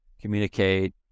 communicate